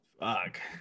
Fuck